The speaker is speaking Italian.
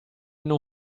non